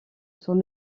son